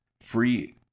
free